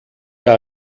der